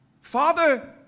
Father